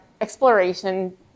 exploration